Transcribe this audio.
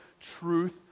truth